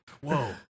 whoa